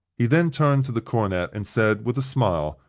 he then turned to the cornet, and said, with a smile,